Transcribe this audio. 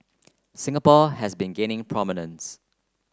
Singapore has been gaining prominence